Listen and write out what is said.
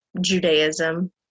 Judaism